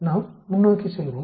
நாம் முன்னோக்கி செல்வோம்